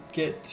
get